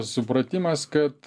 supratimas kad